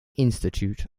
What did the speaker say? institute